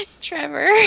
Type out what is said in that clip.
Trevor